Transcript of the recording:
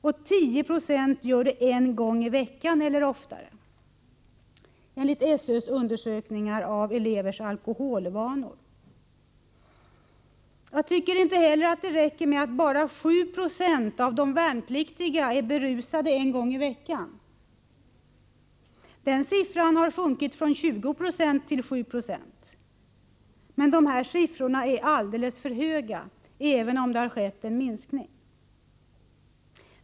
10 90 gör det en gång i veckan eller oftare, enligt SÖ:s undersökningar av elevers alkoholvanor. Jag tycker inte heller att det räcker med att bara 7 90 av de värnpliktiga är berusade en gång i veckan. Den siffran har sjunkit från 20 96 till 7 96. Men även om det har skett en minskning är siffrorna alldeles för höga.